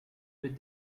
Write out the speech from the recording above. with